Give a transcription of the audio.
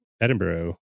Edinburgh